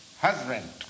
husband